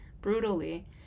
brutally